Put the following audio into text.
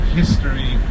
history